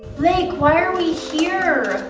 blake, why are we here?